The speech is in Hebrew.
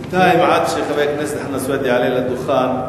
רבותי, עד שחבר הכנסת חנא סוייד יעלה לדוכן,